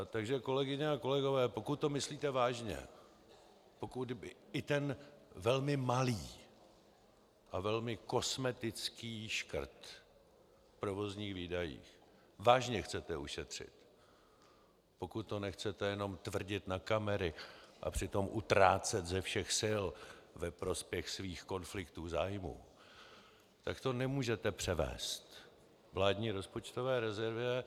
Takže kolegyně a kolegové, pokud to myslíte vážně, pokud i ten velmi malý a velmi kosmetický škrt v provozních výdajích vážně chcete ušetřit, pokud to nechcete jenom tvrdit na kamery a přitom utrácet ze všech sil ve prospěch svých konfliktů zájmů, tak to nemůžete převést vládní rozpočtové rezervě.